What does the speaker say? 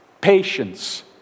patience